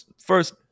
first